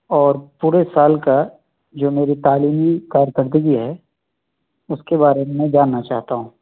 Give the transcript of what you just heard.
اور پورے سال کا جو میری تعلیمی کارکردگی ہے اُس کے بارے میں جاننا چاہتا ہوں